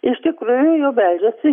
iš tikrųjų jau beldžiasi jisai